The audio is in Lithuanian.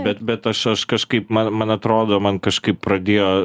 bet bet aš aš kažkaip man man atrodo man kažkaip pradėjo